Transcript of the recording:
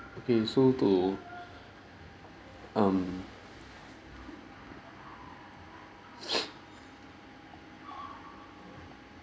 okay so to um